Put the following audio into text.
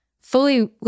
fully